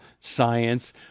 science